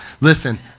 listen